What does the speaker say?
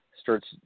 starts